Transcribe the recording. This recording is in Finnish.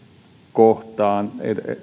kohtaan